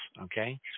okay